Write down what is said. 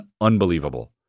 unbelievable